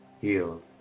healed